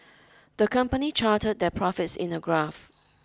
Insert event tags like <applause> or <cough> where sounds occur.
<noise> the company charted their profits in a graph